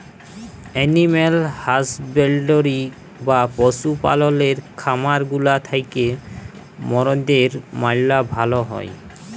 animal husbandry বা পশু পাললের খামার গুলা থ্যাকে মরদের ম্যালা ভাল হ্যয়